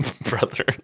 brother